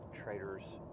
traders